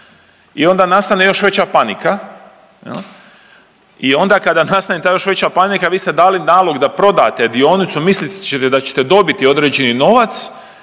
i onda nastane još veća panika i onda kada nastane ta još veća panika vi ste dali nalog da prodate dionicu mislit ćete da ćete dobiti određeni novac